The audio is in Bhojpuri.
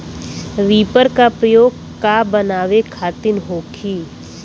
रिपर का प्रयोग का बनावे खातिन होखि?